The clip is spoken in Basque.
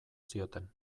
zioten